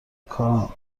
کال